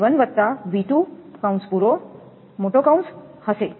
1𝑐 𝑉1 𝑉2 હશે